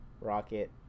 Rocket